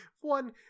one